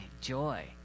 joy